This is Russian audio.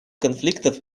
конфликтов